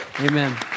Amen